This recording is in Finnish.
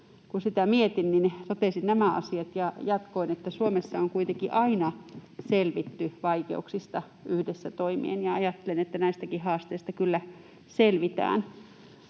kun sitä mietin, niin totesin nämä asiat ja jatkoin, että Suomessa on kuitenkin aina selvitty vaikeuksista yhdessä toimien, ja ajattelen, että näistäkin haasteista kyllä selvitään.